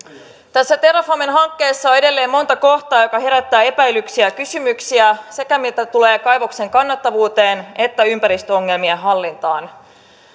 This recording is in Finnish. tässä terrafamen hankkeessa on edelleen monta kohtaa jotka herättävät epäilyksiä ja kysymyksiä mitä tulee sekä kaivoksen kannattavuuteen että ympäristöongelmien hallintaan